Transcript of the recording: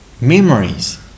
memories